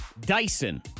Dyson